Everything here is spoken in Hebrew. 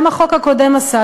גם החוק הקודם עשה,